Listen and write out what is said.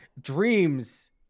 Dreams